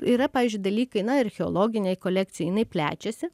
yra pavyzdžiui dalykai na archeologinė kolekcija jinai plečiasi